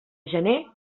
gener